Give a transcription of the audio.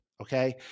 Okay